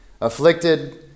Afflicted